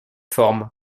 forme